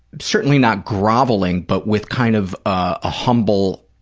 certainly not groveling, but with kind of a humble,